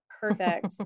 Perfect